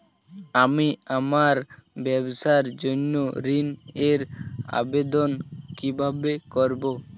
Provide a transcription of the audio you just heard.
আমি আমার ব্যবসার জন্য ঋণ এর আবেদন কিভাবে করব?